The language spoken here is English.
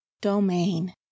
domain